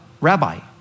rabbi